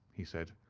he said.